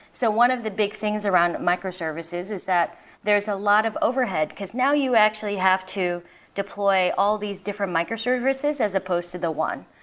so one of the big things around microservices is that there is a lot of overhead because now you actually have to deploy all these different microservices as opposed to the one.